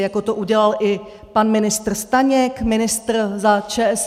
Jako to udělal i pan ministr Staněk, ministr za ČSSD.